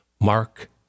Mark